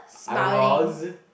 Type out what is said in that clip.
I was